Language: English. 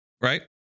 right